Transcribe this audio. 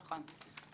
נכון.